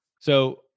So-